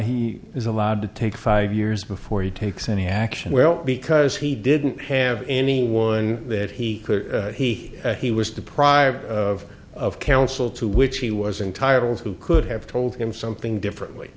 he is allowed to take five years before he takes any action well because he didn't have anyone that he he he was deprived of of counsel to which he was entitled who could have told him something differently